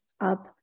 up